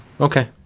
okay